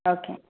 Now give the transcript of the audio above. okay